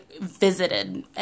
visited